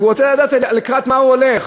הוא רוצה לדעת לקראת מה הוא הולך.